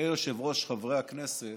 אדוני היושב-ראש, חברי הכנסת.